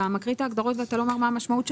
אתה קורא את ההגדרות ולא אומר מה המשמעות שלהן.